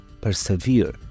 persevere